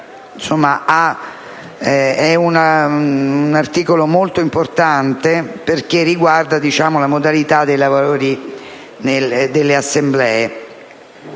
questo è un articolo molto importante, perché riguarda la modalità dei lavori delle Assemblee,